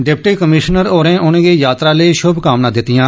deputy commissioner होरें उनेंगी यात्रा लेई शुभकामनां दितियां